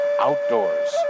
Outdoors